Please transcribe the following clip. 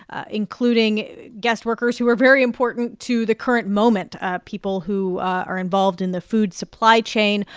including guest workers who are very important to the current moment ah people who are involved in the food supply chain,